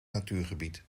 natuurgebied